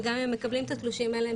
וגם אם הם מקבלים את התלושים אין להם